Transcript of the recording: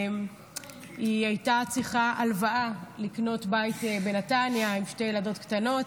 וכשהיא הייתה צריכה הלוואה לקנות בית בנתניה עם שתי ילדות קטנות,